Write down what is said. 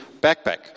backpack